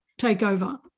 takeover